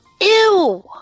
Ew